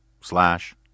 slash